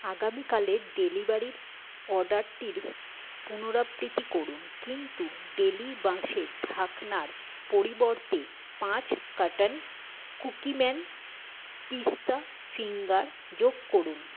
আগামীকালের ডেলিভারির অর্ডারটির পুনরাবৃত্তি করুন কিন্তু ডেলি বাঁশের ঢাকনার পরিবর্তে পাঁচ কার্টন কুকিম্যান পিস্তা ফিঙ্গার যোগ করুন